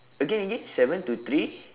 again again seven to three